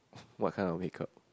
what kind of makeup